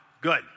Good